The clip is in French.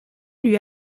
lui